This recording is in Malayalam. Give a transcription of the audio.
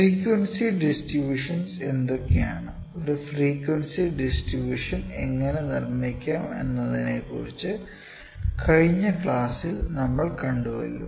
ഫ്രിക്യുഎൻസി ഡിസ്ട്രിബൂഷൻസ് എന്തൊക്കെയാണ് ഒരു ഫ്രിക്യുഎൻസി ഡിസ്ട്രിബൂഷൻ എങ്ങനെ നിർമിക്കാം എന്നതിനെക്കുറിച്ച് കഴിഞ്ഞ ക്ലാസിൽ നമ്മൾ കണ്ടുവല്ലോ